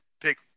pick